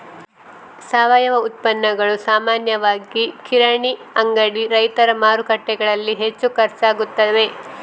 ಸಾವಯವ ಉತ್ಪನ್ನಗಳು ಸಾಮಾನ್ಯವಾಗಿ ಕಿರಾಣಿ ಅಂಗಡಿ, ರೈತರ ಮಾರುಕಟ್ಟೆಗಳಲ್ಲಿ ಹೆಚ್ಚು ಖರ್ಚಾಗುತ್ತವೆ